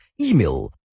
email